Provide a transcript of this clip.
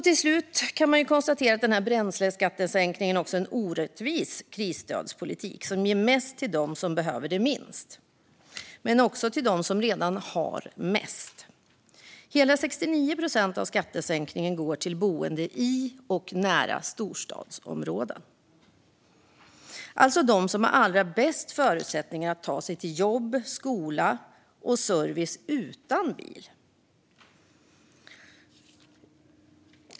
Till slut kan man konstatera att bränsleskattesänkningen också är en orättvis krisstödspolitik som ger mest till dem som behöver den minst men också till dem som redan har mest. Hela 69 procent av skattesänkningen går till boende i och nära storstadsområden, alltså de som har allra bäst förutsättningar att ta sig till jobb, skola och service utan bil.